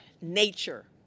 nature